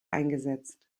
eingesetzt